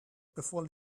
before